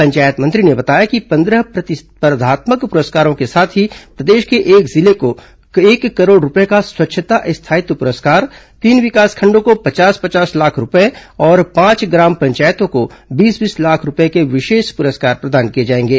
पंचायत मंत्री ने बताया कि पंद्रह प्रतिस्पर्धात्मक पुरस्कारों के साथ ही प्रदेश के एक जिले को एक करोड़ रूपये का स्वच्छता स्थायित्व पुरस्कार तीन विकासखंडो को पचास पचास लाख रूपये और पांच ग्राम पंचायतों को बीस बीस लाख रूपये के विशेष पुरस्कार प्रदान किए जाएंगे